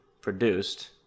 produced